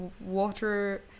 water